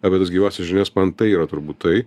apie tas gyvasis žinias man tai yra turbūt tai